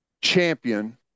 champion